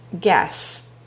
guess